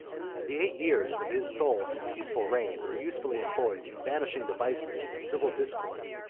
the eight years of his sole and peaceful reign were usefully employed in banishing the vices of civil discord,